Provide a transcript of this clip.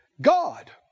God